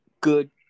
good